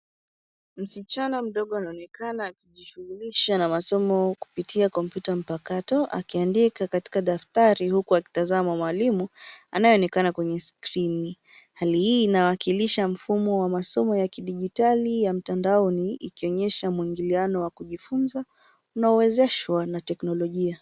Msichana mdogo anaonekana akijishughulisha na masomo kupitia kompyuta mpakato, akiandika katika daftari huku akimtazama mwalimu anayeonekana kwenye skrini. Hali hii inawakilisha mfumo wa masomo ya kidijitali ya mtandaoni, ikionyesha mwingiliano wa kujifunza unaowezeshwa na teknolojia.